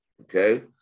Okay